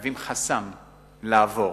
מהווים חסם למעבר.